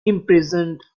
imprisoned